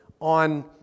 on